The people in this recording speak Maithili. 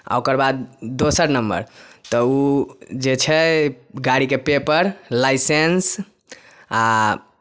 आ ओकर बाद दोसर नंबर तऽ ओ जे छै गाड़ीके पेपर लाइसेंस आ